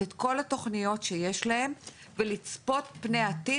את כל התוכניות שיש להם ולצפות פני עתיד,